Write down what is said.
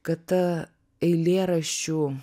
kad ta eilėraščių